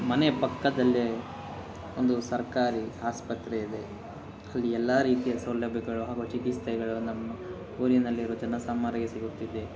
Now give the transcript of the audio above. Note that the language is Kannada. ಮನೆಯ ಪಕ್ಕದಲ್ಲೇ ಒಂದು ಸರ್ಕಾರಿ ಆಸ್ಪತ್ರೆ ಇದೆ ಅಲ್ಲಿ ಎಲ್ಲಾ ರೀತಿಯ ಸೌಲಭ್ಯಗಳು ಹಾಗೂ ಚಿಕಿತ್ಸೆಗಳು ನಮ್ಮ ಊರಿನಲ್ಲಿರುವ ಜನಸಾಮಾನ್ಯರಿಗೆ ಸಿಗುತ್ತಿದೆ